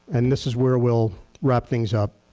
and this is where we'll wrap things up.